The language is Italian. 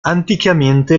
anticamente